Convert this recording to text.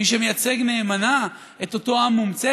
מי שמייצג נאמנה את אותו עם מומצא,